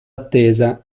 attesa